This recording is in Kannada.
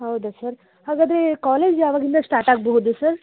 ಹೌದಾ ಸರ್ ಹಾಗಾದ್ರೆ ಕಾಲೇಜ್ ಯಾವಾಗ್ಲಿಂದ ಸ್ಟಾರ್ಟಾಗಬಹುದು ಸರ್